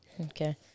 Okay